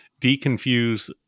Deconfuse